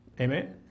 Amen